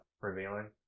revealing